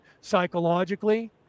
psychologically